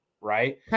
right